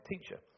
Teacher